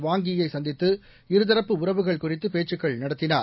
வாங் Yi யை சந்தித்து இருதரப்பு உறவுகள் குறித்து பேச்சுக்கள் நடத்தினார்